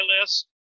list